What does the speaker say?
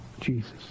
Jesus